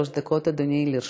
שלוש דקות, אדוני, לרשותך.